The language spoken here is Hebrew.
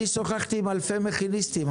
אני שוחחתי עם אלפי מכיניסטים.